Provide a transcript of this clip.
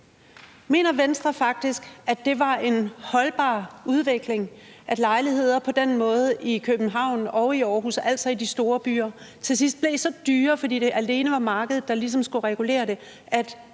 Mener Venstre faktisk, at det var en holdbar udvikling, at lejligheder i København og i Aarhus, altså i de store byer, på den måde til sidst blev så dyre, fordi det alene var markedet, der ligesom skulle regulere det,